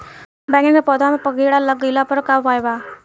बैगन के पौधा के पत्ता मे कीड़ा लाग गैला पर का उपाय बा?